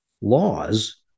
Laws